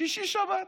שישי-שבת.